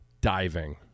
diving